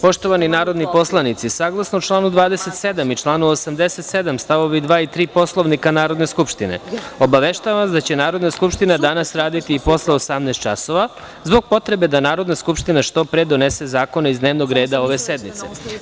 Poštovani narodni poslanici, saglasno članu 27. i članu 87. st. 2. i 3. Poslovnika Narodne skupštine, obaveštavam vas da će Narodna skupština danas raditi i posle 18.00 časova, zbog potrebe da Narodna skupština što pre donese zakone iz dnevnog reda ove sednice.